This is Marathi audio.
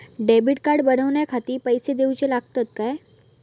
डेबिट कार्ड बनवण्याखाती पैसे दिऊचे लागतात काय?